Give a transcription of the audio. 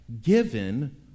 given